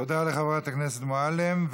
תודה לחברת הכנסת מועלם.